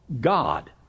God